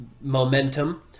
momentum